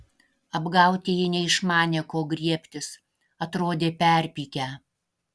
apgautieji neišmanė ko griebtis atrodė perpykę